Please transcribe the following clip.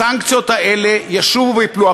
הסנקציות האלה ישובו וייפלו.